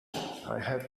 had